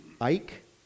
Ike